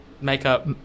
Makeup